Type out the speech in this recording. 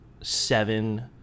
seven